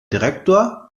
direktor